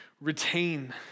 retain